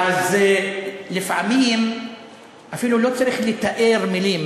לפעמים אפילו לא צריך לתאר במילים,